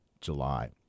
July